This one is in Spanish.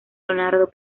leonardo